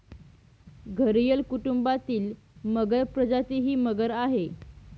घरियल कुटुंबातील मगर प्रजाती ही मगर आहे